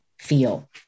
feel